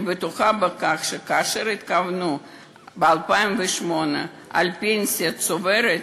אני בטוחה שכאשר התכוונו ב-2008 לפנסיה צוברת,